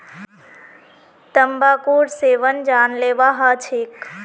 तंबाकूर सेवन जानलेवा ह छेक